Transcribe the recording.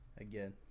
Again